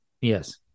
Yes